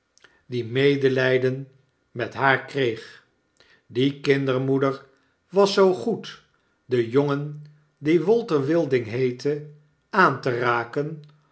tegengekomen wasdiemedelyden met haar kreeg die kindermoeder was zoo goed den jongen die walter wilding heette aan te raken